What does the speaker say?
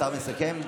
שר מסכם?